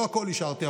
לא הכול אישרתי,